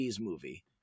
movie